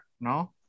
No